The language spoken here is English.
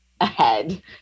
ahead